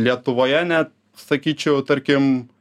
lietuvoje net sakyčiau tarkim